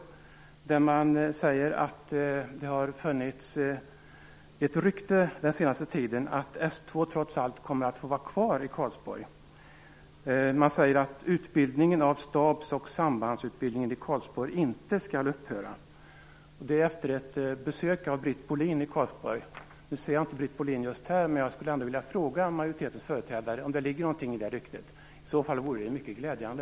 I brevet sägs det att det under den senaste tiden har ryktats om att S 2 trots allt kommer att få vara kvar i Karlsborg. Man säger att stabs och sambandsutbildningen i Karlsborg inte skall upphöra. Detta skulle ha sagts efter ett besök som Britt Bohlin gjort i Karlsborg. Jag kan inte se att Britt Bohlin är kvar i kammaren, men skulle vilja fråga majoritetens företrädare om det ligger något i det här ryktet. I så fall vore det mycket glädjande.